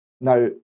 Now